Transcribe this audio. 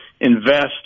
invest